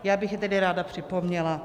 Já bych je tedy ráda připomněla.